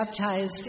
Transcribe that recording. baptized